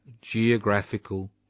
geographical